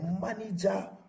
manager